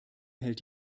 hält